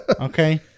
Okay